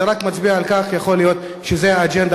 זה רק מצביע על כך שיכול להיות שזו האג'נדה